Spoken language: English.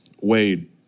Wade